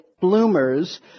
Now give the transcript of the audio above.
bloomers